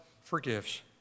forgives